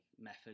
method